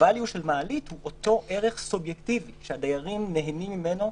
ה-value של מעלית הוא אותו ערך סובייקטיבי שהדיירים נהנים ממנו,